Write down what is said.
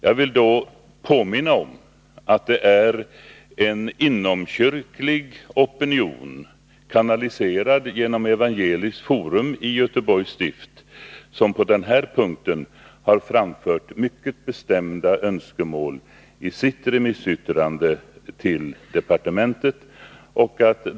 Jag vill då påminna om att det är en inomkyrklig opinion, kanaliserad genom Evangeliskt forum i Göteborgs stift, som på denna punkt framfört mycket bestämda önskemål i sitt remissyttrande till departmentet.